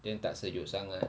then tak sejuk sangat